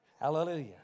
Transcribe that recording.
Hallelujah